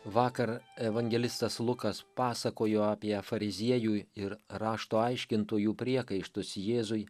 vakar evangelistas lukas pasakojo apie fariziejų ir rašto aiškintojų priekaištus jėzui